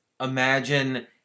imagine